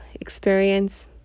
experience